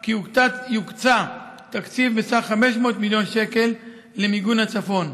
כי יוקצה תקציב בסך 500 מיליון שקל למיגון הצפון.